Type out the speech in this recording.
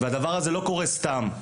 והדבר הזה לא קורה סתם,